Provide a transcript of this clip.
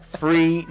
free